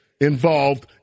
involved